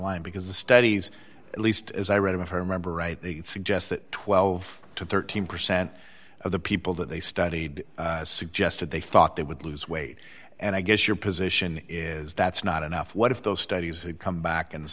line because the studies at least as i read about her remember right they suggest that twelve to thirteen percent of the people that they studied suggested they thought they would lose weight and i guess your position is that's not enough what if those studies had come back and